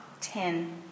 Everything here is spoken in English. ten